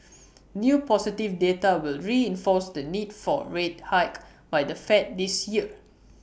new positive data will reinforce the need for A rate hike by the fed this year